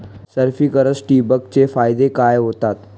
Sprinklers ठिबक चे फायदे काय होतात?